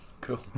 Cool